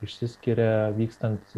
išsiskiria vykstant